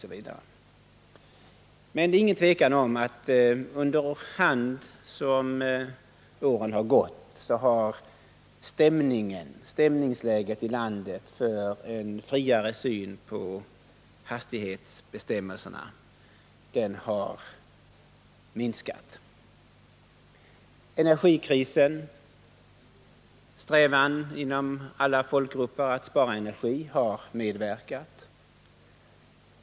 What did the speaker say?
Det råder emellertid inget tvivel om att under årens lopp stämningen i landet för en friare syn på hastighetsbestämmelserna har minskat. Energikrisen, strävandena inom alla folkgrupper att spara energi, har medverkat.